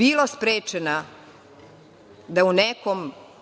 bila sprečena da u nekom